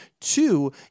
Two